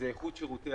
זה איכות שירותי